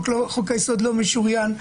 חוק היסוד לא משוריין,